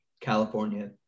california